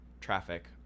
traffic